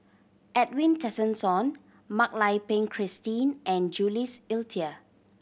Edwin Tessensohn Mak Lai Peng Christine and Jules Itier